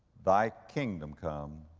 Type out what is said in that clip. thy kingdom come,